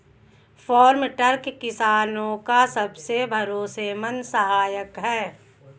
farm truck किसानो का सबसे भरोसेमंद सहायक है